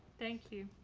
thank you.